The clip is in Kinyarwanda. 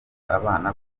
abana